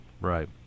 Right